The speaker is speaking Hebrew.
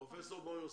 פרופ' מור יוסף,